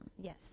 Yes